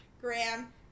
Graham